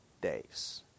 days